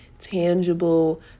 tangible